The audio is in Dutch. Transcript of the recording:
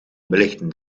belichten